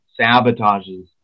sabotages